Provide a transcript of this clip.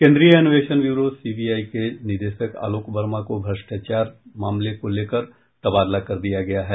केन्द्रीय अन्वेषण व्यूरो सीबीआई के निदेशक आलोक वर्मा को भ्रष्टाचार मामले को लेकर तबादला कर दिया गया है